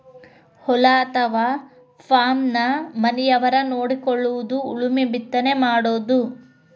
ಹೊಲಾ ಅಥವಾ ಪಾರ್ಮನ ಮನಿಯವರ ನೊಡಕೊಳುದು ಉಳುಮೆ ಬಿತ್ತನೆ ಮಾಡುದು